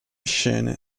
scene